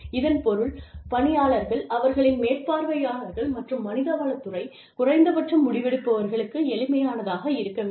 இதன் பொருள் பணியாளர்கள் அவர்களின் மேற்பார்வையாளர்கள் மற்றும் மனிதவளத் துறை குறைந்தபட்சம் முடிவெடுப்பவர்களுக்கு எளிமையானதாக இருக்க வேண்டும்